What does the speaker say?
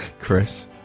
Chris